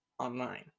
online